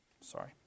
Sorry